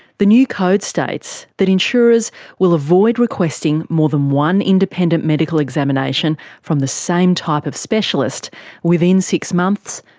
the new code states that insurers will avoid requesting more than one independent medical examination from the same type of specialist within six months,